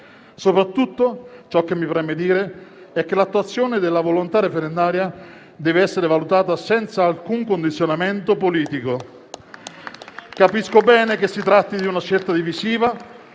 Soprattutto, ciò che mi preme dire è che l'attuazione della volontà referendaria deve essere valutata senza alcun condizionamento politico. Capisco bene che si tratta di una scelta divisiva,